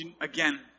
again